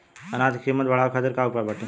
अनाज क कीमत बढ़ावे खातिर का उपाय बाटे?